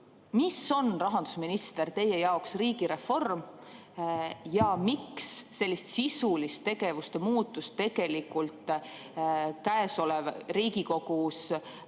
Mis on, rahandusminister, teie jaoks riigireform, ja miks sellist sisulist tegevuste muutust tegelikult käesolev Riigikogus